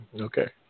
Okay